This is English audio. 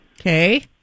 Okay